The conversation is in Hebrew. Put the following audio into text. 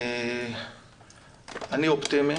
אני אופטימי